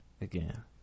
again